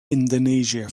indonesia